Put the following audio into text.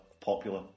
popular